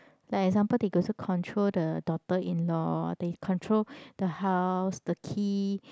like example they also control the daughter in law they control the house the key